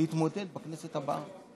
להתמודד בכנסת הבאה.